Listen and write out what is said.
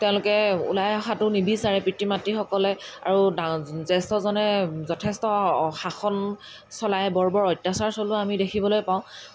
তেওঁলোকে ওলাই অহাতো নিবিচাৰে পিতৃ মাতৃসকলে আৰু ডা জ্যেষ্ঠজনে যথেষ্ট শাসন চলাই বৰ্বৰ অত্যাচাৰ চলোৱাও আমি দেখিবলৈ পাওঁ